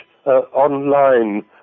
Online